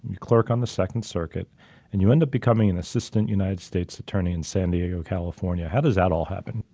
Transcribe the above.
you clerk on the second circuit and you end up being coming in assistant united states attorney in san diego, california. how does that all happen?